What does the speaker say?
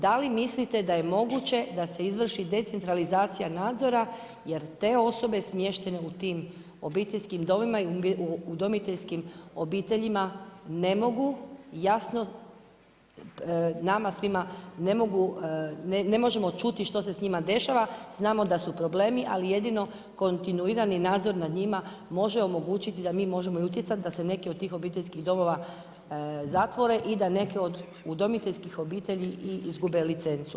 Da li mislite da je moguće da se izvrši decentralizacija nadzora jer te osobe smještene u tim obiteljskim domovima i u udomiteljskim obiteljima ne mogu jasno nama svima, ne mogu, ne možemo čuti što se s njima dešava, znamo da su problemi ali jedino kontinuirani nadzor nad njima može omogućiti da mi možemo i utjecati da se neke od tih obiteljskih domova zatvore i da neke od udomiteljskih obitelji i izgube licencu?